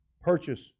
purchase